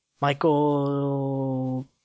Michael